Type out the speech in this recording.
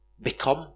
become